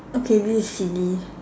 okay this is silly